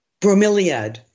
Bromeliad